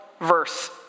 verse